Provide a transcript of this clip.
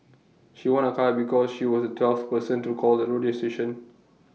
she won A car because she was the twelfth person to call the radio station